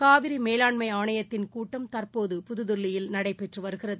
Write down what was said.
காவிரிமேலாண்மைஆணையத்தின் கூட்டம் தற்போது புதுதில்லியில் நடைபெற்றுவருகிறது